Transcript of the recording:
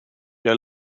der